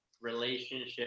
relationship